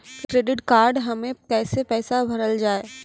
Credit card हम्मे कैसे पैसा भरल जाए?